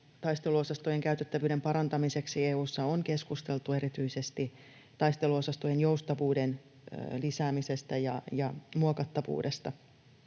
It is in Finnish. Taisteluosastojen käytettävyyden parantamiseksi EU:ssa on keskusteltu erityisesti taisteluosastojen joustavuuden lisäämisestä ja muokattavuudesta.